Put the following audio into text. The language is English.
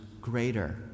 greater